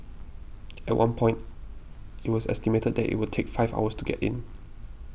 at one point it was estimated that it would take five hours to get in